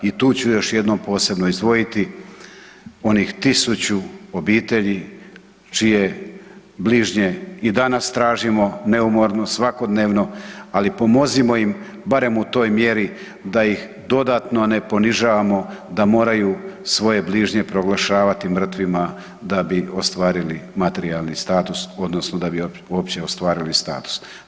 I tu ću još jednom posebno izdvojiti onih tisuću obitelji čije bližnje i danas tražimo neumorno, svakodnevno, ali pomozimo im barem u toj mjeri da ih dodatno ne ponižavamo da moraju svoje bližnje proglašavati mrtvima da bi ostvarili materijalni status odnosno da bi uopće ostvarili status.